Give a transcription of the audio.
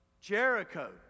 jericho